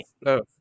No